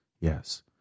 Yes